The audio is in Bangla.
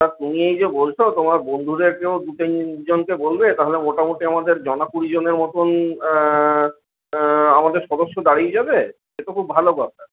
আর তুমি এই যে বলছ তোমার বন্ধুদের জন্য দু তিন জনকে বলবে তাহলে মোটামুটি আমাদের জনা কুড়ি জনের মতন আমাদের সদস্য দাঁড়িয়ে যাবে সে তো খুব ভালো কথা